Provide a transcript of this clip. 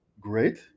great